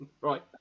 Right